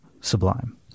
sublime